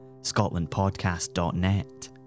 Scotlandpodcast.net